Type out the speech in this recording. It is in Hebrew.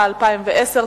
התש"ע 2010,